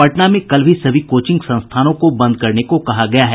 पटना में कल भी सभी कोचिंग संस्थानों को बंद करने को कहा गया है